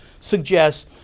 suggests